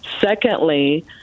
Secondly